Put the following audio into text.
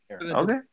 Okay